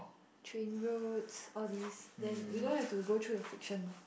train routes all these then we don't have to go through the friction mah